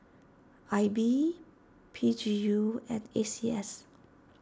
I B P G U and A C S